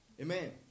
Amen